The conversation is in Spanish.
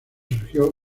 surgió